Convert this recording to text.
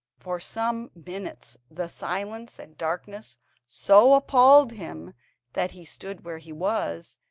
for some minutes the silence and darkness so appalled him that he stood where he was,